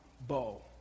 bow